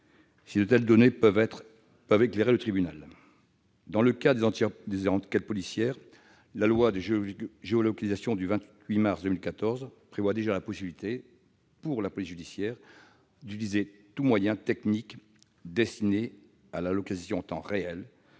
si de telles données peuvent éclairer le tribunal. Dans le cadre des enquêtes policières, la loi précitée prévoit déjà la possibilité pour la police judiciaire d'utiliser « tout moyen technique destiné à la localisation en temps réel